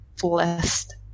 blessed